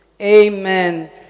Amen